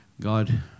God